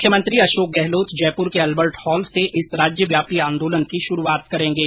मुख्यमंत्री अशोक गहलोत जयपुर के Albert hall से इस राज्यव्यापी आंदोलन की शुरूआत करेंगे